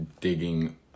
digging